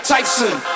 Tyson